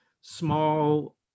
small